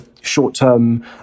short-term